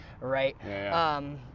Right